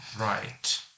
Right